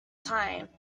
time